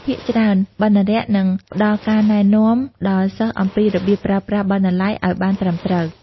ភាគច្រើន បណ្ណារក្សនឹងផ្ដល់ការណែនាំដល់សិស្សអំពីរបៀបប្រើប្រាស់បណ្ណាល័យឱ្យបានត្រឹមត្រូវ។